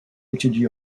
étudie